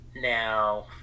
Now